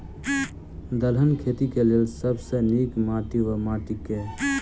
दलहन खेती केँ लेल सब सऽ नीक माटि वा माटि केँ?